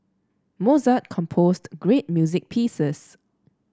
Mozart composed great music pieces